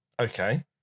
Okay